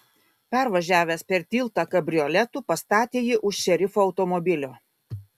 pervažiavęs per tiltą kabrioletu pastatė jį už šerifo automobilio